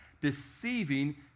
deceiving